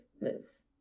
moves